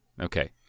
Okay